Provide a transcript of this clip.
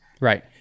right